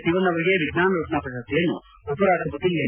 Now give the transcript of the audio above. ಸಿವನ್ ಅವರಿಗೆ ವಿಜ್ಞಾನ ರತ್ನ ಪ್ರಶಸ್ತಿಯನ್ನು ಉಪರಾಷ್ಟಪತಿ ಎಂ